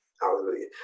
hallelujah